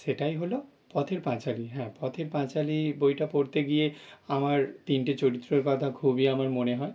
সেটাই হলো পথের পাঁচালী হ্যাঁ পথের পাঁচালী বইটা পড়তে গিয়ে আমার তিনটে চরিত্রর কথা খুবই আমার মনে হয়